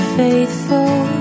faithful